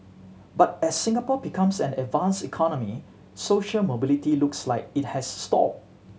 but as Singapore becomes an advanced economy social mobility looks like it has stalled